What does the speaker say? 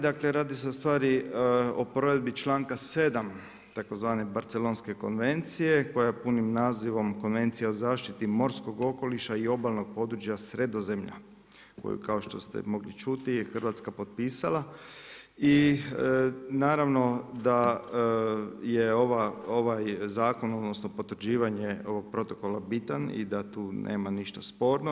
Dakle, radi se u stvari o provedbi čl.7. tzv. Barcelonske konvencije, koja je punim nazivom Konvencija o zaštiti morskog okoliša i obalnog područja Sredozemlja, koju kao što ste mogli čuti je Hrvatska potpisala i naravno, da je ovaj zakon, odnosno, potvrđivanje ovog protokola bitan i da tu nema ništa sporno.